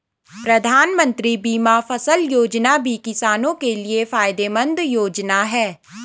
प्रधानमंत्री बीमा फसल योजना भी किसानो के लिये फायदेमंद योजना है